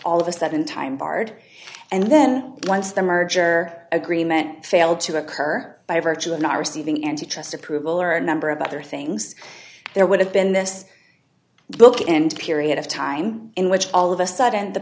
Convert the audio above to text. all of a sudden time barred and then once the merger agreement failed to occur by virtue of not receiving and to trust approval or a number of other things there would have been this book and period of time in which all of a sudden the